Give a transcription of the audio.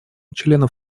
членов